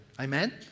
Amen